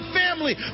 family